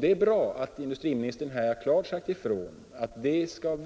Det är bra att industriministern här har klart sagt ifrån att det inte skall